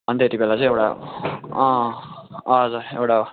अनि त्यति बेला चाहिँ एउटा ल एउटा